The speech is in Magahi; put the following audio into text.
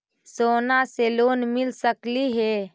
सोना से लोन मिल सकली हे?